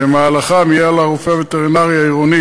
ובמהלכם יהיה על הרופא הווטרינר העירוני